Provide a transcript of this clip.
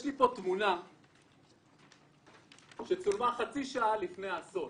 יש לי תמונה שצולמה חצי שעה לפני האסון,